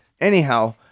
Anyhow